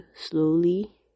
slowly